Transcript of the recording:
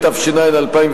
התש"ע 2009,